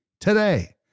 today